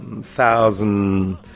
thousand